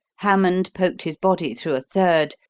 hammond poked his body through a third,